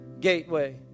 gateway